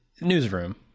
Newsroom